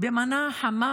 במנה חמה